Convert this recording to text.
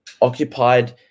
occupied